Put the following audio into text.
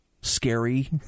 scary